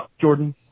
Jordan